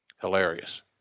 hilarious